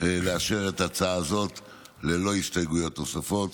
לאשר את ההצעה הזאת ללא הסתייגויות נוספות.